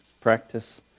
practice